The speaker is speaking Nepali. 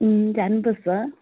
अँ जानुपर्छ